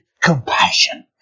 compassion